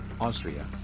Austria